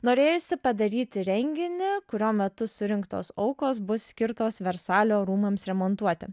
norėjosi padaryti renginį kurio metu surinktos aukos bus skirtos versalio rūmams remontuoti